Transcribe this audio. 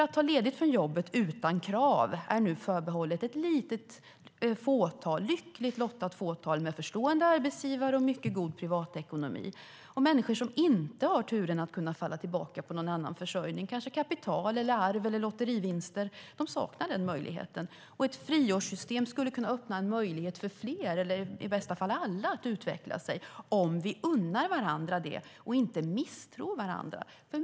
Att ta ledigt från jobbet utan krav är nu förbehållet ett litet fåtal lyckligt lottade med förstående arbetsgivare och mycket god privatekonomi. Människor som inte har turen att kunna falla tillbaka på någon annan försörjning - kapital, arv, lotterivinst - saknar den möjligheten. Ett friårssystem skulle ge möjlighet för fler, eller i bästa fall för alla, att utvecklas - om vi unnar varandra det och inte misstror varandra.